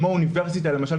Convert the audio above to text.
כמו אוניברסיטה למשל,